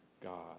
God